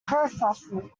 kerfuffle